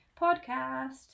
Podcast